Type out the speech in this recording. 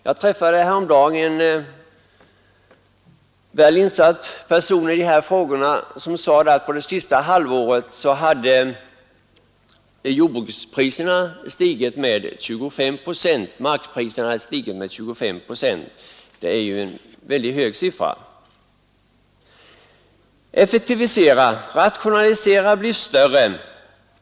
Jag träffade häromdagen en person som är väl insatt i de här frågorna. Han sade att på det senaste halvåret har markpriserna stigit med 25 procent. Det är en mycket hög siffra. Effektivisera, rationalisera, bli större!